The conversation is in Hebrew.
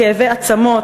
כאבי עצמות,